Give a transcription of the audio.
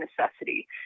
necessity